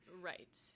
right